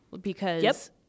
because-